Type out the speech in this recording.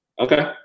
Okay